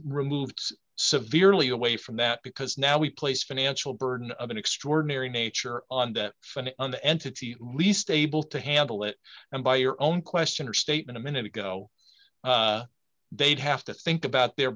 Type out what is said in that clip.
removed severely away from that because now we place a financial burden of an extraordinary nature on the son on the entity least able to handle it and by your own question or statement a minute ago they'd have to think about their